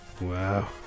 Wow